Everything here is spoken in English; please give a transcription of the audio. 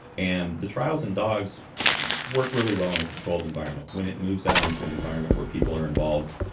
and the trials in dogs work really well in a controlled environment. when it moves out into an environment where people are involved,